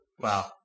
Wow